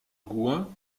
gouin